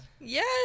Yes